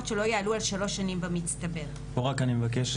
שלא יעלו על שלוש שנים במצטבר." פה רק אני מבקש,